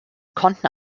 konnten